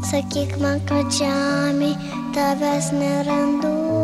sakyk man kad žemėj tavęs nėrandu